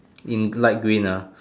in light green ah